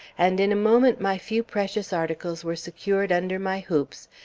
and in a moment my few precious articles were secured under my hoops,